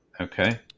Okay